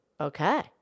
Okay